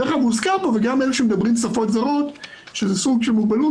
בדרך כלל --- וגם אלה שמדברים שפות זרות שזה סוג של מוגבלות,